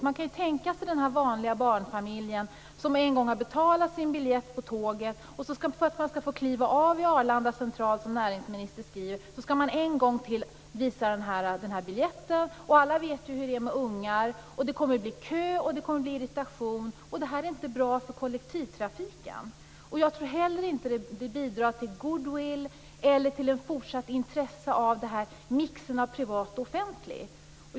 Man kan tänka sig den vanliga barnfamiljen, som en gång har betalat sin biljett på tåget och för att få kliva av vid Arlanda central skall visa biljetten en gång till. Alla vet hur det är med ungar och att det kommer att bli köer och irritation. Det här är inte bra för kollektivtrafiken. Jag tror inte heller att det bidrar till goodwill eller till ett fortsatt intresse av denna mix av privat och offentligt.